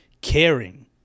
caring